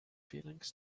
feelings